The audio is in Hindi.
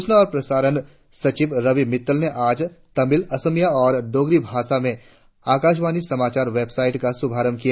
सूचना और प्रसारण सचिव रवि मित्तल ने आज तमिल असमिया और डोगरी भाषा में आकाशवाणी समाचार वेबसाईट का शुभारंभ किया